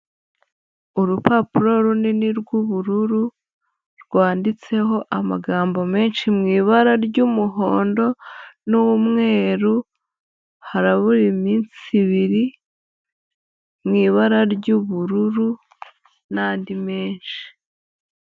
Urupapuro runini rw'ubururu rwanditseho amagambo menshi mu ibara ry'umuhondo n'umweru, harabura iminsi ibiri mu ibara ry'ubururu n'andi menshi.